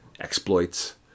exploits